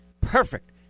Perfect